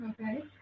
Okay